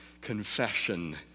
confession